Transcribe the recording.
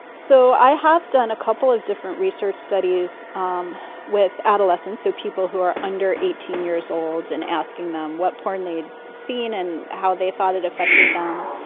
so i have done a couple of different research studies um with adolescents. so people who are under eighteen years olds and asking them what porn they'd seen and how they thought it affected them.